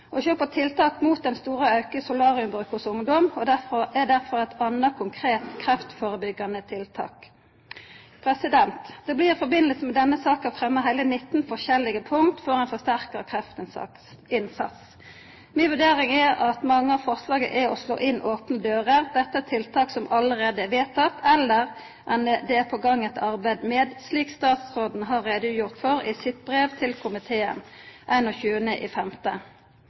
Å sjå på tiltak mot den store auken i solariumbruk hos ungdom er derfor eit anna konkret kreftførebyggjande tiltak. Det blir i forbindelse med denne saka fremja heile 19 forskjellige punkt for ein forsterka kreftinnsats. Mi vurdering er at mange av forslaga er å slå inn opne dører. Dette er forslag om tiltak som allereie er vedtekne, eller det er på gang eit arbeid med dei, slik som statsråden har gjort greie for i sitt brev til komiteen